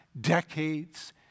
decades